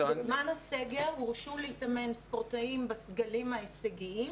בזמן הסגר הורשו להתאמן ספורטאים בסגלים ההישגיים